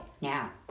Now